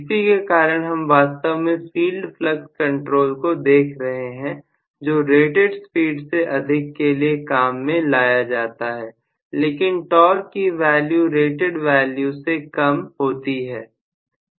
इसी के कारण हम वास्तव में फील्ड फलक्स कंट्रोल को देख रहे हैं जो रेटेड स्पीड से अधिक के लिए काम में लाया जाता है लेकिन टॉर्क की वैल्यू रेटेड वैल्यू से कम होती है